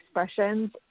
expressions